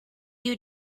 you